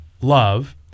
love